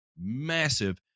massive